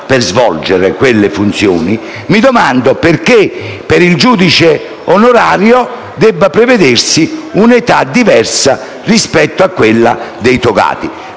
per svolgere quelle funzioni, mi domando perché per il giudice onorario debba prevedersi un'età diversa rispetto a quella dei togati.